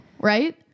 right